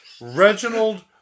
Reginald